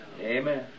Amen